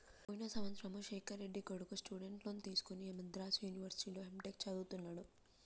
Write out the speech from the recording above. పోయిన సంవత్సరము శేఖర్ రెడ్డి కొడుకు స్టూడెంట్ లోన్ తీసుకుని మద్రాసు యూనివర్సిటీలో ఎంటెక్ చదువుతున్నడు